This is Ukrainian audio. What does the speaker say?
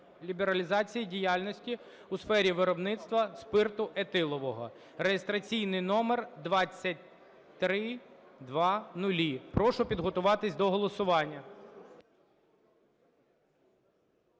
лібералізації діяльності у сфері виробництва спирту етилового (реєстраційний номер 2300). Прошу підготуватися до голосування.